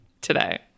today